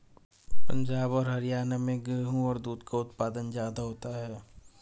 पंजाब और हरयाणा में गेहू और दूध का उत्पादन ज्यादा होता है